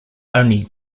only